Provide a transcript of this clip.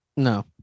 No